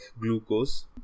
glucose